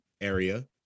area